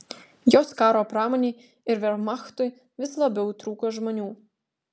jos karo pramonei ir vermachtui vis labiau trūko žmonių